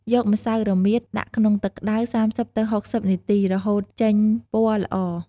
យកម្សៅរមៀត ដាក់ក្នុងទឹកក្ដៅ ៣០ ទៅ ៦០នាទី រហូតចេញពណ៌ល្អ។